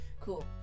Cool